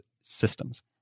systems